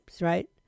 right